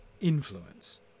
influence